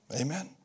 Amen